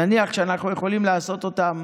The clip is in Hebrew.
נניח שאנחנו יכולים לעשות אותם